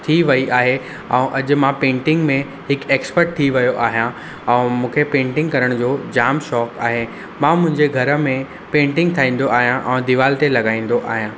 थी वई आहे ऐं अॼु मां पेंटिंग में हिकु ऐक्सपट थी वियो आहियां ऐं मूंखे पेंटिंग करण जो जाम शौक़ु आहे मां मुंहिंजे घर में पेंटिंग ठाहींदो आयां ऐं दीवार ते लॻाईंदो आहियां